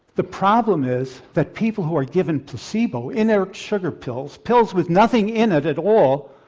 the problem is that people who are given placebo, inert sugar pills, pills with nothing in it at all,